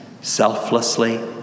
selflessly